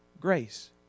grace